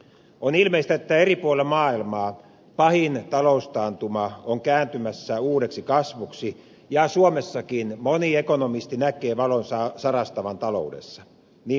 on ilmeistä että eri puolilla maailmaa pahin taloustaantuma on kääntymässä uudeksi kasvuksi ja suomessakin moni ekonomisti näkee valon sarastavan taloudessa niin minäkin